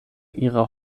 ihrer